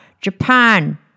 Japan